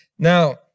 Now